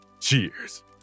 Cheers